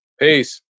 Peace